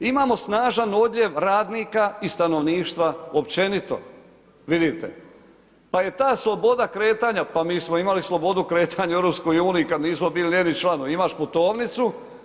Imamo snažan odljev radnika i stanovništva općenito, vidite, pa je ta sloboda kretanja, pa mi smo imali slobodu kretanja u EU kad nismo bili njeni članovi, imaš putovnicu.